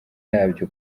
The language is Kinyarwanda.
yabyo